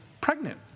pregnant